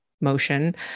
motion